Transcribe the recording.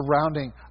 surrounding